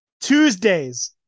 Tuesdays